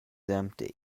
empty